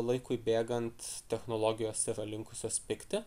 laikui bėgant technologijos yra linkusios pigti